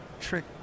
trick